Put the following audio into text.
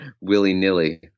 willy-nilly